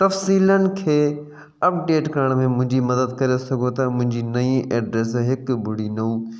तफ़सीलनि खे अप्डेट करण में मुंहिंजी मदद करे सघो था मुंहिंजी नईं एड्रस हिकु ॿुड़ी नव